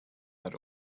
that